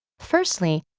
firstly,